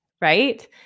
right